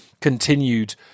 continued